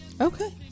Okay